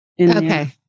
Okay